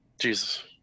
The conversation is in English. jesus